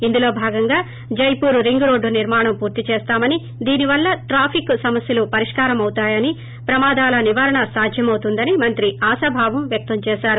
ఇందులో భాగంగా Jaipur ring road నిర్మాణం పూర్తి చేస్తామని దీని వల్ల ట్రాఫిక్ సమస్యలు పరిష్కారమవుతాయని ప్రమాదాల నివారణ సాధ్యమవుతుందని మంత్రి ఆశాభావం వ్యక్తం చేశారు